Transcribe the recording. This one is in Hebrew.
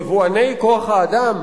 יבואני כוח-האדם,